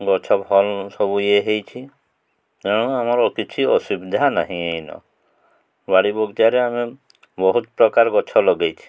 ଗଛ ଭଲ୍ ସବୁ ଇଏ ହେଇଛି ତେଣୁ ଆମର କିଛି ଅସୁବିଧା ନାହିଁ ଏଇନ ବାଡ଼ି ବଗିଚାରେ ଆମେ ବହୁତ ପ୍ରକାର ଗଛ ଲଗାଇଛି